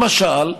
למשל,